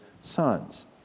sons